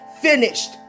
finished